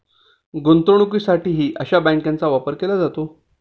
गुंतवणुकीसाठीही अशा बँकांचा वापर केला जातो